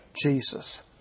Jesus